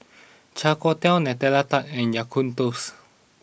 Char Kway Teow Nutella Tart and Kaya Toast